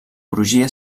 crugia